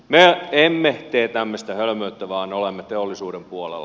me emme tee tämmöistä hölmöyttä vaan olemme teollisuuden puolella